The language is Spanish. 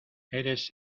eres